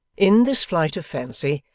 in this flight of fancy,